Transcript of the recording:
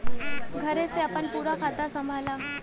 घरे से आपन पूरा खाता संभाला